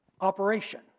operation